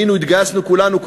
התגייסנו כולנו,